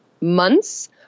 months